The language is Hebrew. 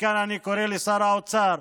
מכאן אני קורא לשר האוצר: